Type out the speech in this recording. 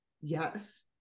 Yes